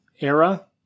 era